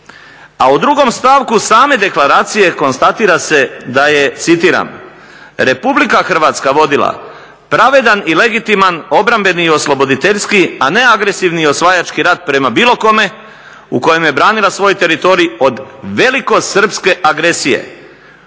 a u 2. stavku same deklaracije konstatira se da je, citiram: "Republika Hrvatska vodila pravedan i legitiman obrambeni i osloboditeljski, a ne agresivni i osvajački rat prema bilo kome, u kojem je branila svoj teritorij od velikosrpske agresije